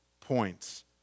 points